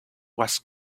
was